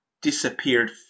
disappeared